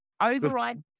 Override